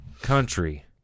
country